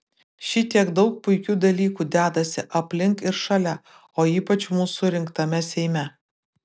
šitiek daug puikių dalykų dedasi aplink ir šalia o ypač mūsų rinktame seime